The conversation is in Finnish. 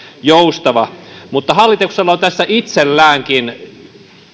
joustava mutta hallituksella on itselläänkin